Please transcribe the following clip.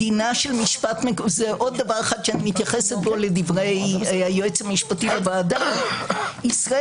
עוד דבר שאתייחס בו לדברי היועץ המשפטי לוועדה - ישראל